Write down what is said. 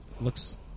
Looks